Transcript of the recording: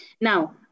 Now